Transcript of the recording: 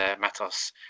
Matos